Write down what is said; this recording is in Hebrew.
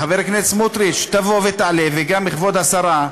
חבר הכנסת סמוטריץ, תבוא ותעלה, וגם כבוד השרה.